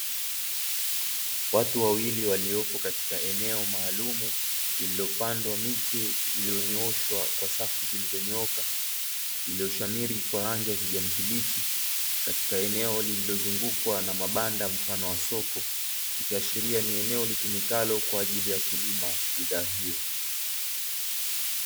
Watu wawili waliopo katika eno maalumu lililopandwa miche iliyonyooshwa kwa safu zilizonyooka iliyoshamiri kwa rangi ya kijani kibichi katika eneo lililozungukwa na mabanda mfano wa soko ikiashiria ni eneo litumikalo kwa ajili ya kulima bidhaa hiyo.